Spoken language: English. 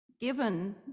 given